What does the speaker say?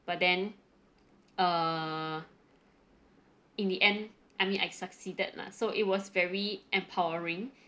but then err in the end I mean I succeeded lah so it was very empowering